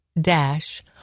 dash